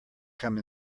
come